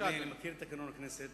אני מכיר את תקנון הכנסת,